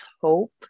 hope